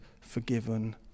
forgiven